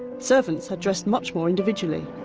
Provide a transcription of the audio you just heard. servants had dressed much more individually.